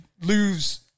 lose